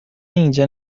اینجا